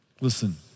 Listen